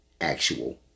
actual